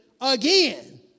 again